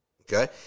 Okay